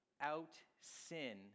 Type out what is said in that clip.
out-sin